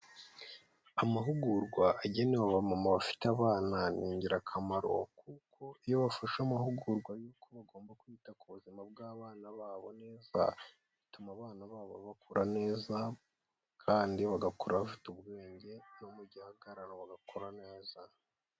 Amahugurwa agenewe abamama bafite abana ni ingirakamaro kuko iyo bafashe amahugurwa y'uko bagomba kwita ku buzima bw'abana babo neza, bituma abana babo bakura neza kandi bagakura bafite ubwenge no mu gihagararo bagakura neza.